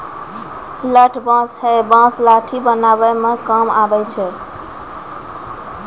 लठ बांस हैय बांस लाठी बनावै म काम आबै छै